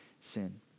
sin